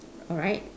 alright